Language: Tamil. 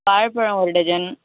வாழைப்பழம் ஒரு டஜன்